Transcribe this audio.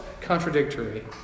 contradictory